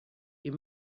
est